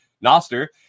Noster